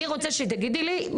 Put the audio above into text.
אני רוצה שתגידי לי,